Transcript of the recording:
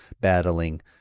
battling